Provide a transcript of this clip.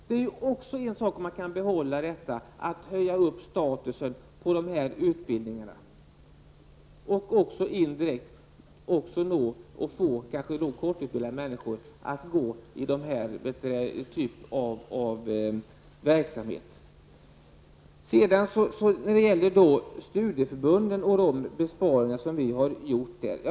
Det är ju också någonting som man kan behålla för att höja statusen på de här utbildningarna och därmed kanske få kortutbildade människor att delta i den här typen av verksamhet. Sedan till studieförbunden och de besparingar som vi där har gjort.